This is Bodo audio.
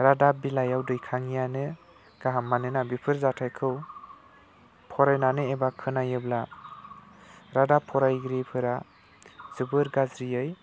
रादाब बिलायाव दैखाङिआनो गाहाम मानोना बेफोर जाथायखौ फरायनानै एबा खोनायोब्ला रादाब फरायगिरिफोरा जोबोर गाज्रियै